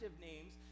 names